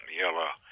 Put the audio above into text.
yellow